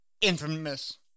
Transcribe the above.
infamous